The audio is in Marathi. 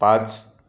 पाच